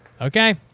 Okay